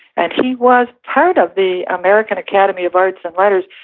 and he was part of the american academy of arts and letters,